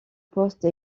poste